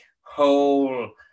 whole